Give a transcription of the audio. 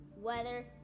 weather